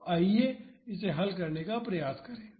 तो आइए इसे हल करने का प्रयास करें